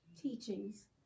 teachings